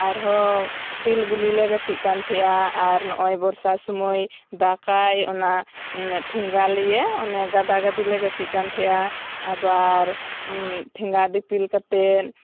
ᱟᱨ ᱦᱚᱸ ᱴᱤᱞ ᱜᱩᱞᱤ ᱞᱮ ᱜᱟᱛᱮᱜ ᱠᱟᱱ ᱛᱟᱦᱮᱸᱜᱼᱟ ᱟᱨ ᱱᱚᱜ ᱚᱭ ᱵᱚᱨᱥᱟ ᱥᱩᱢᱟᱹᱭ ᱫᱟᱠ ᱟᱭ ᱚᱱᱟ ᱴᱷᱮᱝᱜᱟ ᱞᱤᱭᱮ ᱚᱱᱮ ᱜᱟᱫᱟ ᱜᱟᱫᱤᱞᱮ ᱜᱟᱛᱮᱜ ᱠᱟᱱ ᱛᱟᱦᱮᱸᱜᱼᱟ ᱟᱵᱟᱨ ᱴᱷᱮᱸᱜᱟ ᱫᱤᱯᱤᱞ ᱠᱟᱛᱮᱜ